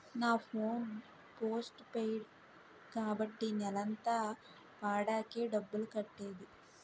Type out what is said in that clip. నా phone post paid కాబట్టి నెలంతా వాడాకే డబ్బులు కట్టేది